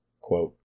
Quote